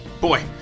Boy